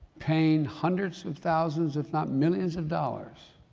paying hundreds of thousands if not millions of dollars